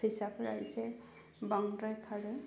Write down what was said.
फैसाफ्रा इसे बांद्राय खारो